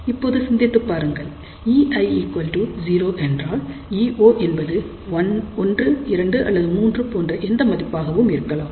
இப்போது சிந்தித்துப் பாருங்கள் ei 0 என்றால் e0 என்பது 1 2 அல்லது 3 போன்ற எந்த மதிப்பாகவும் இருக்கலாம்